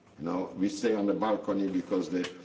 you know we stay on the balcony because the